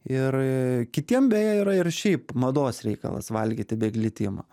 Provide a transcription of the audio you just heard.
ir kitiem beje yra ir šiaip mados reikalas valgyti be glitimo